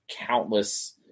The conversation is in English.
countless